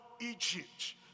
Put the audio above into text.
Egypt